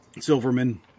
Silverman